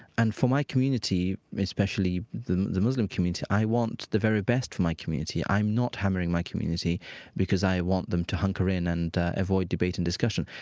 and for my community, especially the the muslim community, i want the very best for my community. i'm not hammering my community because i want them to hunker in and avoid debate and discussion.